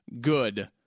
good